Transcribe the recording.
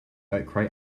outcry